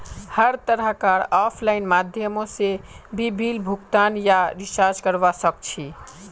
हर तरह कार आफलाइन माध्यमों से भी बिल भुगतान या रीचार्ज करवा सक्छी